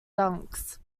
dunks